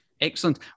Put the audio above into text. Excellent